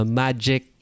magic